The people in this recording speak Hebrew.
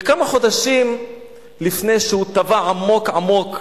וכמה חודשים לפני שהוא טבע עמוק-עמוק,